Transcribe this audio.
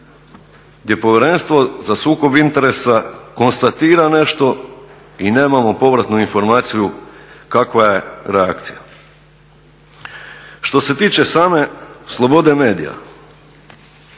gdje Povjerenstvo za sukob interesa konstatira nešto i nemamo povratnu informaciju kakva je reakcija. Što se tiče same slobode medija,